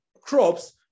crops